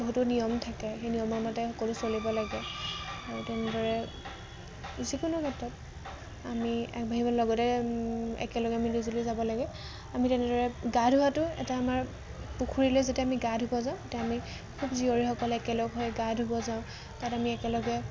বহুতো নিয়ম থাকে সেই নিয়মৰ মতে সকলো চলিব লাগে আৰু তেনেদৰে যিকোনো ক্ষেত্ৰত আমি আগবাঢ়িব লগতে একেলগে মিলিজুলি যাব লাগে আমি তেনেদৰে গা ধোৱাটো এটা আমাৰ পুখুৰীলৈ যেতিয়া আমি গা ধুব যাওঁ তেতিয়া আমি খুব জীয়ৰীসকলে একেলগ হৈ গা ধুব যাওঁ তাত আমি একেলগে